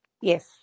Yes